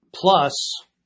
Plus